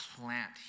plant